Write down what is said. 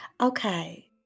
Okay